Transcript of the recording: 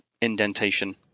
indentation